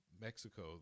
Mexico